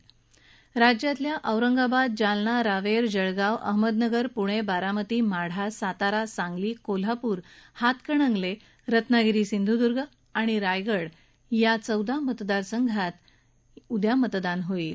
यामध्ये राज्यातल्या औरंगाबाद जालना रावेर जळगाव अहमदनगर पुणे बारामती माढा सातारा सांगली कोल्हापूर हातकणंगले रत्नागिरी सिंधुद्र्ग आणि रायगड या चौदा मतदार संघांत उद्या मतदान होणार आहे